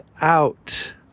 out